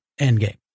Endgame